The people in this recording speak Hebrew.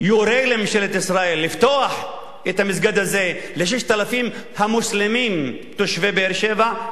יורה לממשלת ישראל לפתוח את המסגד הזה ל-6,000 המוסלמים תושבי באר-שבע,